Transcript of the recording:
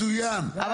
מצוין, תודה.